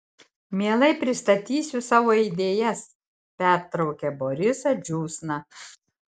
mielai pristatysiu savo idėjas pertraukė borisą džiūsna